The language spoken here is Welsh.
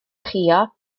chrio